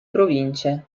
province